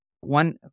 One